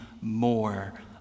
more